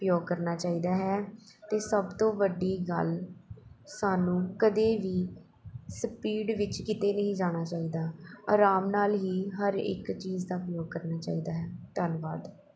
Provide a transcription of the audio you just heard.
ਉਪਯੋਗ ਕਰਨਾ ਚਾਹੀਦਾ ਹੈ ਅਤੇ ਸਭ ਤੋਂ ਵੱਡੀ ਗੱਲ ਸਾਨੂੰ ਕਦੇ ਵੀ ਸਪੀਡ ਵਿੱਚ ਕਿਤੇ ਨਹੀਂ ਜਾਣਾ ਚਾਹੀਦਾ ਆਰਾਮ ਨਾਲ ਹੀ ਹਰ ਇੱਕ ਚੀਜ਼ ਦਾ ਉਪਯੋਗ ਕਰਨਾ ਚਾਹੀਦਾ ਹੈ ਧੰਨਵਾਦ